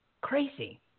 Crazy